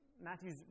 Matthew's